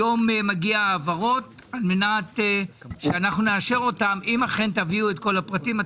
היום מגיעות העברות על מנת שאנחנו נאשר אותן אם אכן תביאו את כל הפרטים.